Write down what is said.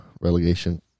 relegation